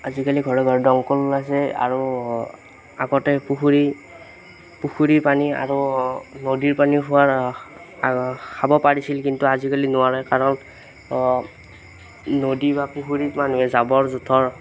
আজিকালি ঘৰে ঘৰে দমকল ওলাইছে আৰু আগতে পুখুৰী পুখুৰী পানী আৰু নদীৰ পানী খোৱাৰ খাব পাৰিছিল কিন্তু আজিকালি নোৱাৰে কাৰণ নদী বা পুখুৰীত মানুহে জাৱৰ জোথৰ